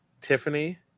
Tiffany